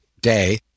day